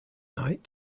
night